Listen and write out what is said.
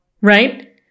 Right